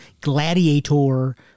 gladiator